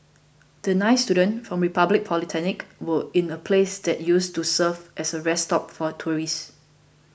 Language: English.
the nine students from Republic Polytechnic were in a place that used to serve as a rest stop for tourists